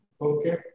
Okay